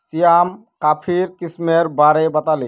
श्याम कॉफीर किस्मेर बारे बताले